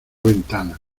ventanas